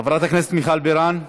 חברת הכנסת מיכל בירן,